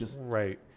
Right